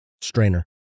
strainer